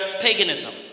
paganism